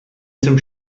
zum